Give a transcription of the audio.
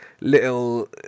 little